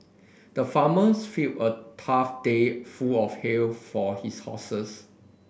the farmers filled a tough day full of hay for his horses